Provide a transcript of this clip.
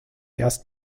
erst